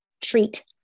treat